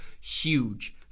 Huge